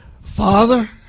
Father